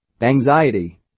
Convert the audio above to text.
Anxiety